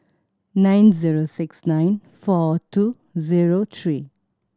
nine zero six nine four two zero three